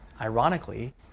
ironically